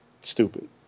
Stupid